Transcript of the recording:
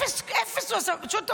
אפס הוא עשה.